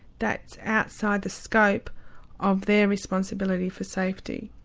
that's outside the scope of their responsibility for safety.